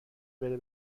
بره